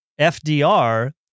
FDR